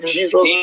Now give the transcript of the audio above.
Jesus